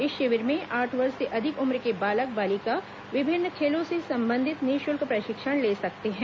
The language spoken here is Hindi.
इस शिविर में आठ वर्ष से अधिक उम्र के बालक बालिका विभिन्न खेलों से संबंधित निःशुल्क प्रशिक्षण ले सकते हैं